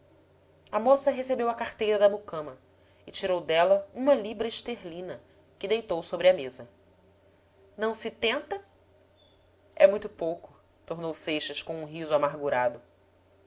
a moça recebeu a carteira da mucama e tirou dela uma libra esterlina que deitou sobre a mesa não se tenta é muito pouco tornou seixas com um riso amargurado